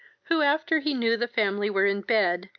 who, after he knew the family were in bed,